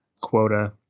quota